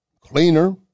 Cleaner